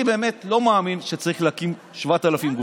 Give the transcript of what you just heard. אני באמת לא מאמין שצריך להקים 7,000 גופים.